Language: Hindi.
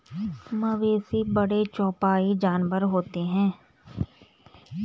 मवेशी बड़े चौपाई जानवर होते हैं